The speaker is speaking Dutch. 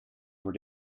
voor